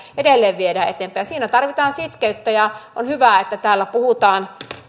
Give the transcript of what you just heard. edelleen viedään eteenpäin siinä tarvitaan sitkeyttä ja on hyvä että täällä puhutaan